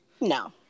No